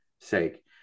sake